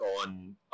on